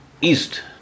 east